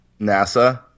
nasa